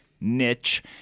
Niche